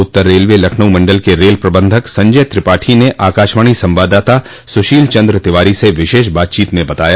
उत्तर railway Lucknow मंडल के rail प्रबंधक संजय त्रिपाठी ने आकाशवाणी संवाददाता सुशील चन्द्र तिवारी से विशेष बातचीत में बताया